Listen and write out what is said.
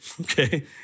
Okay